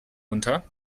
unter